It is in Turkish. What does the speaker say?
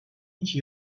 iki